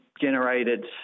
generated